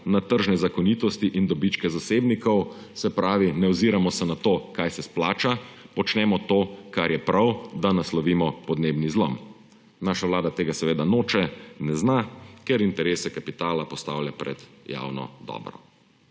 na tržne zakonitosti in dobičke zasebnikov. Se pravi, ne oziramo se na to, kar se splača, počnemo to, kar je prav, da naslovimopodnebni zlom. Naša vlada tega seveda noče, ne zna, ker interese kapitala postavlja pred javno dobro.